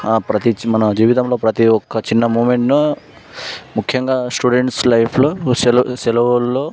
నా ప్రతి చిన్న మన జీవితంలో ప్రతి ఒక్క చిన్న మూమెంట్ను ముఖ్యంగా స్టూడెంట్స్ లైఫ్లో సెల సెలవుల్లో